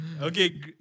Okay